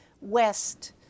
west